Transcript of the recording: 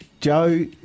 Joe